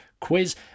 quiz